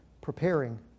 preparing